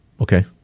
Okay